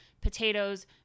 potatoes